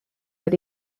that